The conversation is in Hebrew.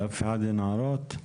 לאף אחד אין הערות?